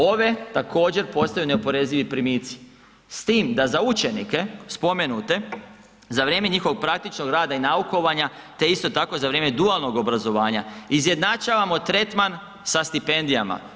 Ove također postoje neoporezivi primici s tim da za učenike spomenute za vrijeme njihovog praktičnog rada i naukovanja te isto tako za vrijeme dualnog obrazovanja izjednačavamo tretman sa stipendijama.